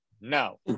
No